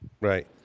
Right